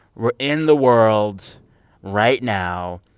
were in the world right now,